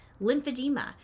lymphedema